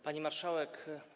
Pani Marszałek!